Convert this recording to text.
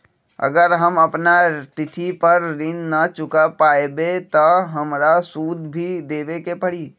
अगर हम अपना तिथि पर ऋण न चुका पायेबे त हमरा सूद भी देबे के परि?